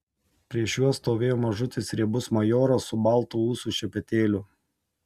prieš juos stovėjo mažutis riebus majoras su baltu ūsų šepetėliu